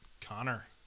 Connor